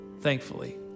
thankfully